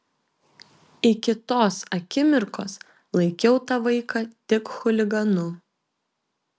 iki tos akimirkos laikiau tą vaiką tik chuliganu